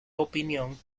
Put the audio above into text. opinión